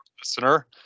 listener